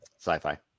sci-fi